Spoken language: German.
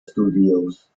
studios